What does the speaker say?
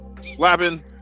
slapping